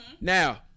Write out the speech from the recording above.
Now